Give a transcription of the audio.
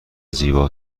زیبا